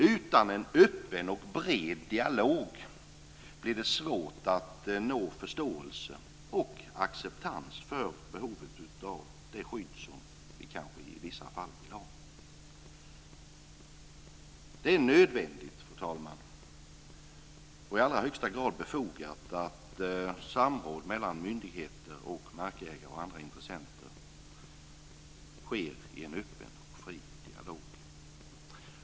Utan en öppen och bred dialog blir det svårt att nå förståelse och acceptans för behovet av det skydd som vi kanske i vissa fall vill ha. Det är nödvändigt, fru talman, och i allra högsta grad befogat att samråd mellan myndigheter, markägare och andra intressenter sker i en öppen och fri dialog.